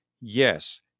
Yes